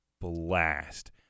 blast